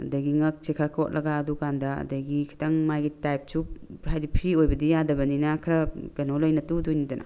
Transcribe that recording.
ꯑꯗꯒꯤ ꯉꯛꯁꯦ ꯈꯔ ꯀꯣꯠꯂꯒ ꯑꯗꯨꯀꯥꯟꯗ ꯑꯗꯒꯤ ꯈꯤꯇꯪ ꯃꯥꯒꯤ ꯇꯥꯏꯞꯁꯨ ꯍꯥꯏꯗꯤ ꯐ꯭ꯔꯤ ꯑꯣꯏꯕꯗꯤ ꯌꯥꯗꯕꯅꯤꯅ ꯈꯔ ꯀꯩꯅꯣ ꯂꯩꯅ ꯇꯨꯗꯣꯏꯅꯤꯗꯅ